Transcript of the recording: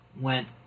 Went